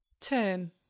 Term